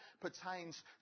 pertains